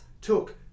took